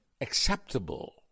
acceptable